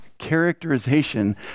characterization